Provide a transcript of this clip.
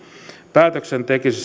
päätöksen tekisi